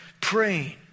praying